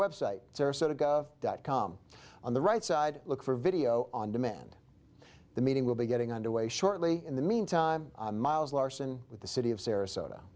website dot com on the right side look for video on demand the meeting will be getting underway shortly in the meantime miles larson with the city of sarasota